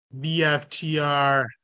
VFTR